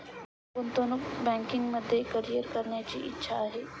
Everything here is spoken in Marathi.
मला गुंतवणूक बँकिंगमध्ये करीअर करण्याची इच्छा आहे